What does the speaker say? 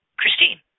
Christine